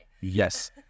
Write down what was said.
Yes